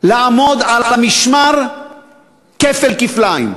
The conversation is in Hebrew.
לעמוד על המשמר כפל כפליים.